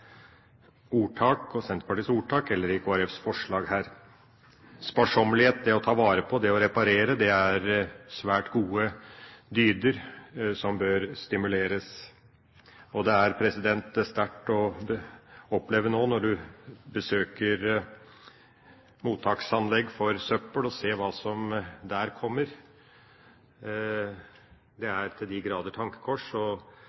ordtak og Senterpartiets ordtak, eller i Kristelig Folkepartis forslag her. Sparsommelighet, det å ta vare på og det å reparere, er svært gode dyder som bør stimuleres. Og det er sterkt å oppleve når du nå besøker mottaksanlegg for søppel, hva som der kommer. Det